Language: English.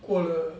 过了